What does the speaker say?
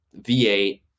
V8